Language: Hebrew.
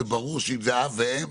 זה ברור שאם זה אב ואם,